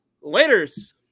Later's